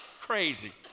crazy